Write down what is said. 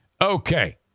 Okay